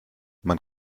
man